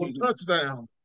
Touchdown